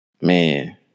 Man